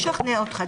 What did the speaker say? מה ישכנע אותך?